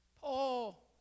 Paul